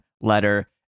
letter